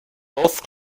both